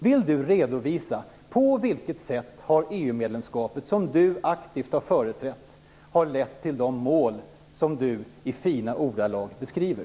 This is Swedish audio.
Vill Andreas Carlgren redovisa på vilket sätt EU-medlemskapet, som han själv aktivt företrätt, har lett till de mål som han i fina ordalag beskriver?